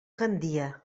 gandia